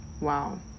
Wow